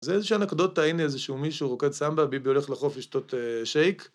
זה איזו שהיא הנקדותה, הנה איזה שהוא מישהו רוקד סמבה, ביבי הולך לחוף לשתות שייק.